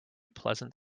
pleasant